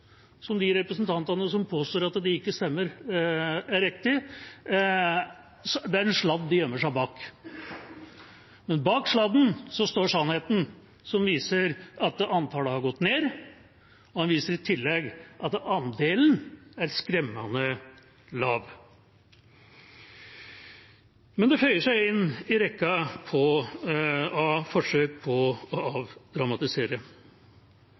de representantene som påstår at det ikke stemmer. Men bak sladden står sannheten, som viser at antallet har gått ned, og det viser i tillegg at andelen er skremmende lav. Men det føyer seg inn i rekken av forsøk på å avdramatisere.